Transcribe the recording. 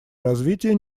развития